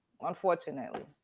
unfortunately